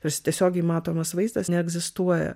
tarsi tiesiogiai matomas vaizdas neegzistuoja